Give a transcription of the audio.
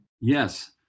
Yes